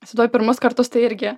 įsivaizduoju pirmus kartus tai irgi